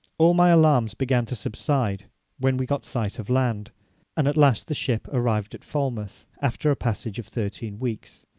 all my alarms began to subside when we got sight of land and at last the ship arrived at falmouth, after a passage of thirteen weeks.